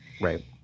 Right